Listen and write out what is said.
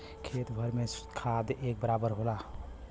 खेत भर में खाद एक बराबर होला